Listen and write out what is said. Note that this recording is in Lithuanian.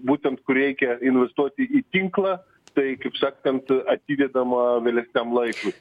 būtent kur reikia investuoti į tinklą tai kaip sakant atidedama vėlesniam laikui